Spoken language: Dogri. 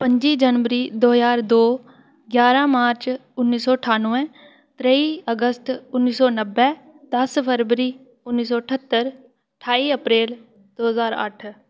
पंजी जनवरी दौ ज्हार दौ जारां मार्च उन्नी सौ ठानवैं त्रेई मार्च उन्नी सौ नब्बै दस्स फरवरी उन्नी सौ ठ्हत्तर ठाई अप्रेल दौ ज्हार अट्ठ